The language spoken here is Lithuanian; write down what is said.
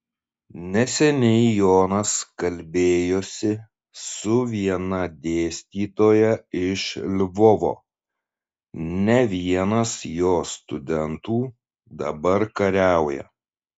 neseniai jonas kalbėjosi su viena dėstytoja iš lvovo ne vienas jos studentų dabar kariauja